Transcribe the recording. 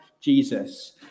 Jesus